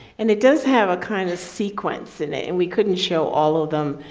and it does have a kind of sequence in it, and we couldn't show all of them.